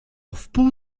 wpół